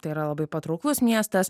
tai yra labai patrauklus miestas